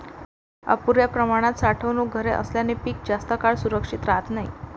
अपुर्या प्रमाणात साठवणूक घरे असल्याने पीक जास्त काळ सुरक्षित राहत नाही